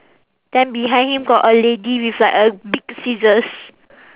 then behind him got a lady with like a big scissors